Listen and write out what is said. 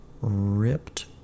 ripped